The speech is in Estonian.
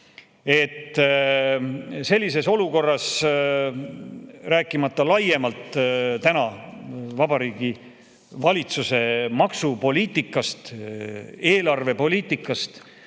Sellises olukorras, rääkimata laiemalt Vabariigi Valitsuse maksupoliitikast, eelarvepoliitikast